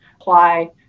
apply